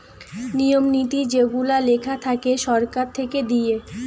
নিয়ম নীতি যেগুলা লেখা থাকে সরকার থেকে দিয়ে